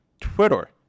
Twitter